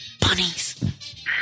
Bunnies